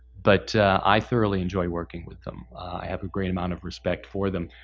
but i thoroughly enjoy working with them. i have a great amount of respect for them.